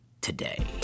today